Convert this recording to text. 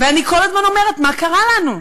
ואני כל הזמן אומרת: מה קרה לנו?